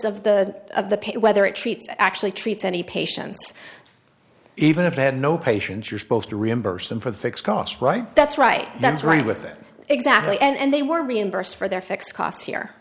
of the of the pay whether it treats actually treats any patients even if they had no patients you're supposed to reimburse them for the fixed costs right that's right that's right with it exactly and they were reimbursed for their fixed costs here